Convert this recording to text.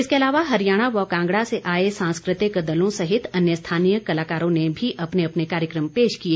इसके अलावा हरियाणा व कांगड़ा से आए सांस्कृतिक दलों सहित अन्य स्थानीय कलाकारों ने भी अपने अपने कार्यक्रम पेश किए